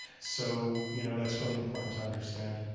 so you know that's really important to understand.